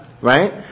right